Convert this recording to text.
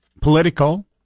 political